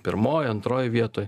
pirmoj antroj vietoj